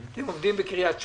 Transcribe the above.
אתם עובדים בקריית שמונה,